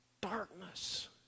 darkness